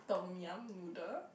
tom-yum noodle